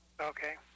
Okay